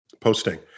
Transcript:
posting